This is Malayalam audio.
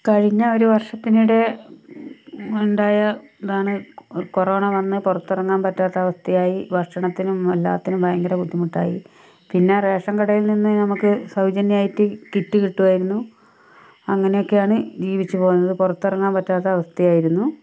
കഴിഞ്ഞ ഒരു വർഷത്തിനിടെ ഉണ്ടായ ഇതാണ് കൊറോണ വന്ന് പുറത്തിറങ്ങാൻ പറ്റാത്ത അവസ്ഥയായി ഭക്ഷണത്തിനും എല്ലാത്തിനും ഭയങ്കര ബുദ്ധിമുട്ടായി പിന്നെ റേഷൻ കടയിൽ നിന്ന് നമ്മൾക്ക് സൗജന്യമായിട്ട് കിറ്റ് കിട്ടുമായിരുന്നു അങ്ങനെ ഒക്കെയാണ് ജീവിച്ചു പോകുന്നത് പുറത്തിറങ്ങാൻ പറ്റാത്ത അവസ്ഥയായിരുന്നു